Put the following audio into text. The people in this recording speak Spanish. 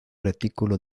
retículo